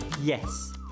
Yes